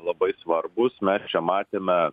labai svarbūs mes čia matėme